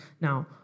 Now